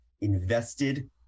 invested